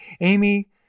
Amy